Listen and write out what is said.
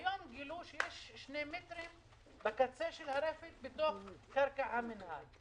והיום גילו שיש שני מטרים בקצה של הרפת שהם בתוך קרקע המינהל.